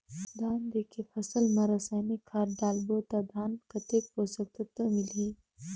धान देंके फसल मा रसायनिक खाद डालबो ता धान कतेक पोषक तत्व मिलही?